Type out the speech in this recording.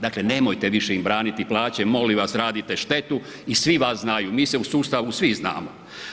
Dakle nemojte im više braniti plaće molim vas, radite štetu i svi vas znaju, mi se u sustavu svi znamo.